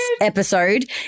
episode